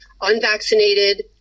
Unvaccinated